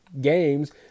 games